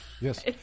yes